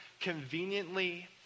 conveniently